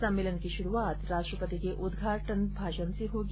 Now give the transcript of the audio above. सम्मेलन की शुरूआत राष्ट्रपति के उदघाटन भाषण से होगी